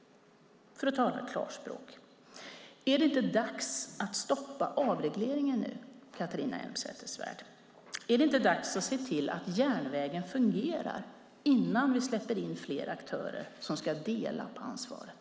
För att tala klarspråk: Är det inte dags att nu stoppa avregleringen, Catharina Elmsäter-Svärd? Är det inte dags att se till att järnvägen fungerar innan vi släpper in fler aktörer som ska dela på ansvaret?